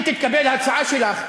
אם תתקבל ההצעה שלך,